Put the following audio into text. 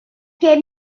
get